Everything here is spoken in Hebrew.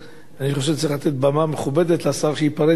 אני חושב שצריך לתת במה מכובדת לשר להיפרד מאתנו,